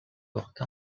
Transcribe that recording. porta